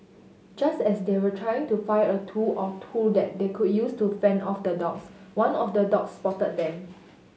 just as they were trying to find a tool or two that they could use to fend off the dogs one of the dogs spotted them